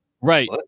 Right